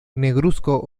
negruzco